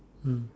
mm